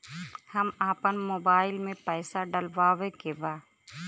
हम आपन मोबाइल में पैसा डलवावे के बा?